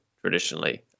traditionally